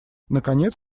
наконец